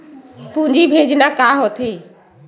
पूंजी भेजना का होथे?